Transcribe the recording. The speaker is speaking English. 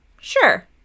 sure